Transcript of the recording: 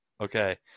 Okay